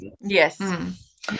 Yes